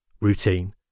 Routine